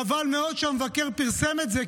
חבל מאוד שהמבקר פרסם את זה,